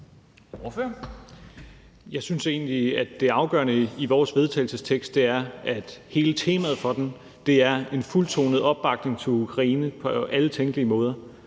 Jeg synes egentlig, at det afgørende i vores vedtagelsestekst er, at hele temaet for den er en fuldtonet opbakning til Ukraine på alle tænkelige måder.